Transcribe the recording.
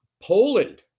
Poland